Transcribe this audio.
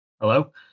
Hello